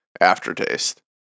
aftertaste